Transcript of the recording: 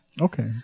Okay